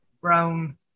brown